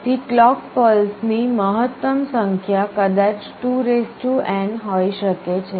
તેથી clock pulse ની મહત્તમ સંખ્યા કદાચ 2n હોઈ શકે છે